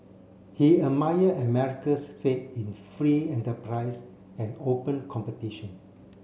he admired America's faith in free enterprise and open competition